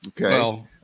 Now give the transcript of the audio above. Okay